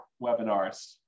webinars